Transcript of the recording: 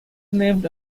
named